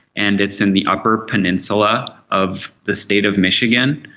and it's in the upper peninsula of the state of michigan.